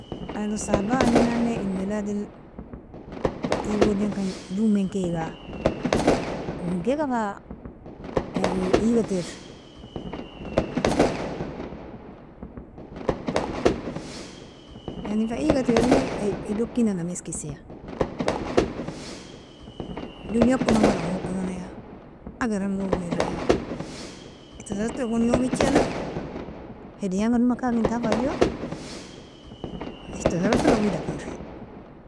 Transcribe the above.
Aylon sahaba ininani eidmiladel egodinkan jomenkeiga, awalinkelka fa yani igatir yani fa igatiri idokinanga meskisiya doniakon awrangokonya agarangon weirrya aitasarat gon youm ijela hediyanga dowma kagingintab fajowa aitasarotira wedaker.